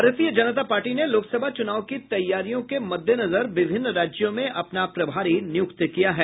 Bharatiya Janata party ने लोकसभा चुनाव की तैयारियों के मद्देनजर विभिन्न राज्यों में अपना प्रभारी नियुक्त किया है